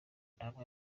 namwe